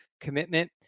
commitment